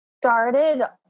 started